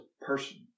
person